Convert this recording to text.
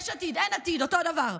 יש עתיד, אין עתיד, אותו דבר.